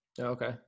okay